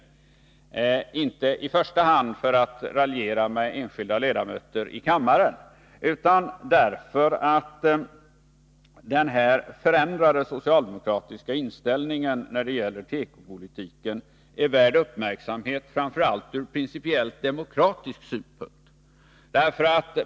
Jag har inte i första hand velat raljera med några enskilda ledamöter i kammaren, utan jag har velat understryka att det är värt att uppmärksamma, framför allt från principiell demokratisk synpunkt, förändringen i den socialdemokratiska inställningen i fråga om tekopolitiken.